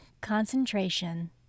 concentration